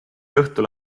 õhtul